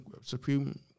Supreme